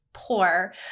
poor